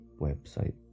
website